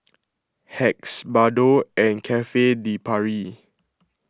Hacks Bardot and Cafe De Paris